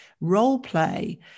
role-play